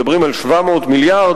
מדברים על 700 מיליארד.